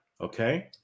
okay